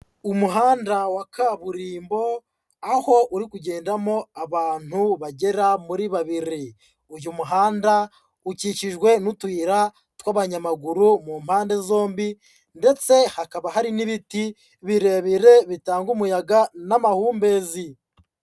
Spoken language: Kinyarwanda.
Umuhanda wa kaburimbo aho uri kugendamo abantu bagera muri babiri. Uyu muhanda ukikijwe n'utuyira tw'abanyamaguru mu mpande zombi ndetse hakaba hari n'ibiti birebire bitanga umuyaga n'amahumbezi.